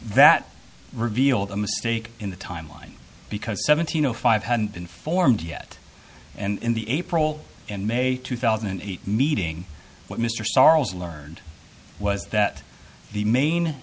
that revealed a mistake in the timeline because seventeen o five hadn't been formed yet and in the april and may two thousand and eight meeting what mr sorrels learned was that the main